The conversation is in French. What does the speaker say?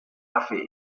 affaire